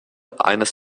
eines